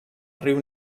riu